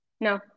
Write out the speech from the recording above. No